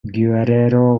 guerrero